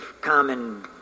Common